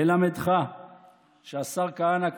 ללמדך שהשר כהנא,